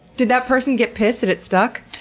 did that person get pissed that it stuck?